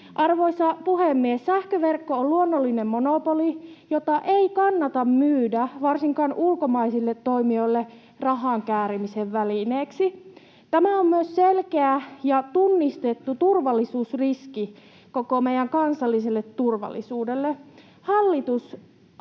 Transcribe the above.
Arvoisa puhemies! Sähköverkko on luonnollinen monopoli, jota ei kannata myydä, varsinkaan ulkomaisille toimijoille, rahan käärimisen välineeksi. Tämä on myös selkeä ja tunnistettu turvallisuusriski koko meidän kansalliselle turvallisuudelle.